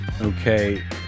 Okay